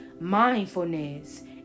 mindfulness